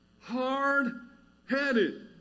Hard-headed